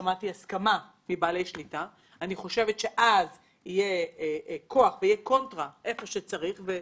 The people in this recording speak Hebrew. אני חושבת שאז יהיה כוח, יהיה קונטרה איפה שצריך.